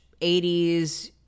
80s